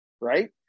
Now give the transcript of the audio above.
right